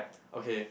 okay